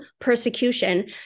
persecution